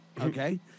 okay